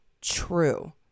true